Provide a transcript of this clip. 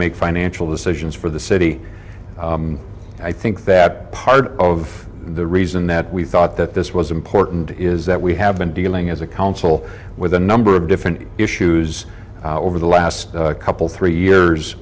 make financial decisions for the city i think that part of the reason that we thought that this was important is that we have been dealing as a council with a number of different issues over the last couple three years